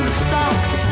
stocks